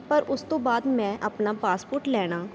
ਪਰ ਉਸ ਤੋਂ ਬਾਅਦ ਮੈਂ ਆਪਣਾ ਪਾਸਪੋਰਟ ਲੈਣਾ